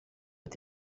ati